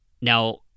now